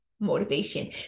motivation